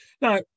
Now